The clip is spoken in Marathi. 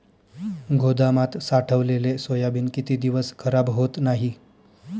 गोदामात साठवलेले सोयाबीन किती दिवस खराब होत नाही?